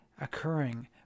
occurring